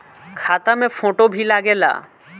खाता मे फोटो भी लागे ला?